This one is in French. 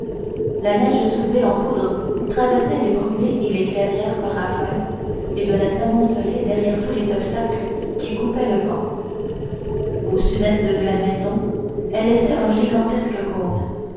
la neige soulevée en poudre traversait les brûlés et les clairières par rafales et venait s'amonceler derrière tous les obstacles qui coupaient le vent au sud-est de la maison elle laissait un gigantesque cône